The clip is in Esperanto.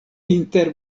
inter